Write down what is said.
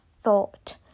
thought